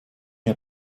nie